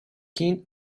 kind